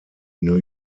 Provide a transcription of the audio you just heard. new